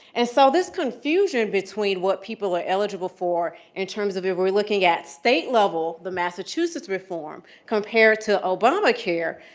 and so this confusion between what people are eligible for in terms of if we we're looking at state level, the massachusetts reform compared to obamacare,